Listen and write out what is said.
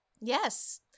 Yes